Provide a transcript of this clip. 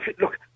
look